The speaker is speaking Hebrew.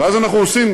ואז אנחנו עושים